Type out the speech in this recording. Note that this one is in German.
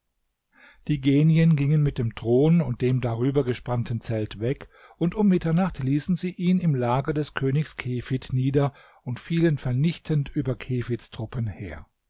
die genien gingen mit dem thron und dem darüber gespannten zelt weg und um mitternacht ließen sie ihn im lager des königs kefid nieder und fielen vernichtend über kefids truppen her